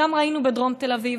ראינו גם בדרום תל אביב,